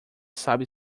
sabe